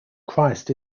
christ